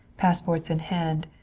passports in hand,